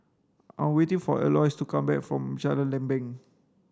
I'm waiting for Eloise to come back from Jalan Lempeng